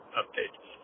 updates